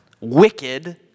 Wicked